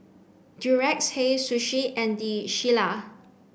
Durex Hei Sushi and The Shilla